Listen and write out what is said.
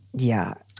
yeah.